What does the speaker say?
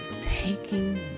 taking